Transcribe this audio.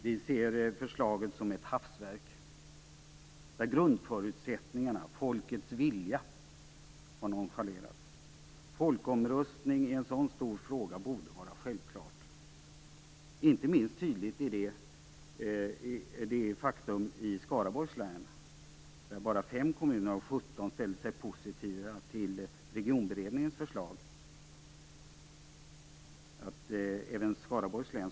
Vi ser förslaget som ett hafsverk där grundförutsättningarna, folkets vilja, har nonchalerats. I en så stor fråga borde det vara självklart med en folkomröstning. Detta faktum är inte minst tydligt i Skaraborgs län.